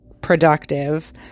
productive